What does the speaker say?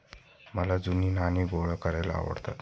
मला जुनी नाणी गोळा करायला आवडतात